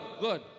Good